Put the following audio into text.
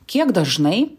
kiek dažnai